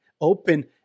open